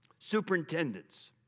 Superintendents